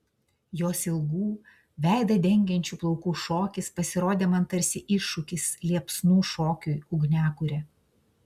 jos ilgų veidą dengiančių plaukų šokis pasirodė man tarsi iššūkis liepsnų šokiui ugniakure